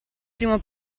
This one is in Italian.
primo